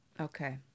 Okay